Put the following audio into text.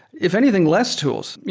if anything, less tools.